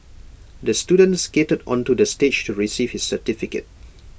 the student skated onto the stage to receive his certificate